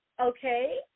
Okay